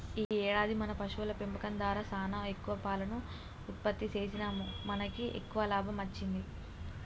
ఈ ఏడాది మన పశువుల పెంపకం దారా సానా ఎక్కువ పాలను ఉత్పత్తి సేసినాముమనకి ఎక్కువ లాభం అచ్చింది